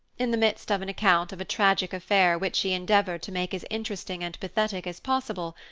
in the midst of an account of a tragic affair which she endeavored to make as interesting and pathetic as possible,